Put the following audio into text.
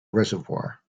reservoir